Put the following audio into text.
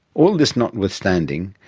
all this notwithstanding,